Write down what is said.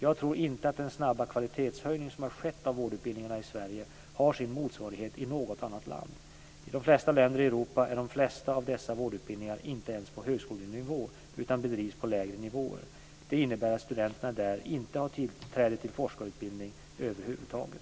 Jag tror inte att den snabba kvalitetshöjning som har skett av vårdutbildningarna i Sverige har sin motsvarighet i något annat land. I de flesta länder i Europa är de flesta av dessa vårdutbildningar inte ens på högskolenivå utan bedrivs på lägre nivåer. Det innebär att studenterna där inte har tillträde till forskarutbildning över huvud taget.